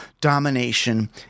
domination